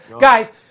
Guys